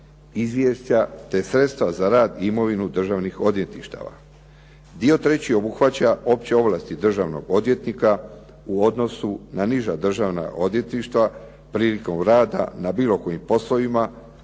izvješća te sredstva za rad i imovinu državnih odvjetništava. Dio treći obuhvaća opće ovlasti državnog odvjetnika u odnosu na niža državna odvjetništva prilikom rada na bilo kojim poslovima,